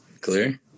clear